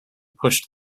pushed